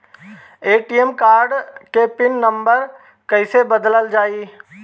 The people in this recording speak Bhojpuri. ए.टी.एम कार्ड के पिन नम्बर कईसे बदलल जाई?